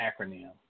acronym